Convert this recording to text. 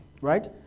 Right